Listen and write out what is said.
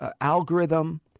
algorithm